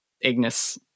Ignis